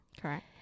Correct